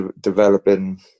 developing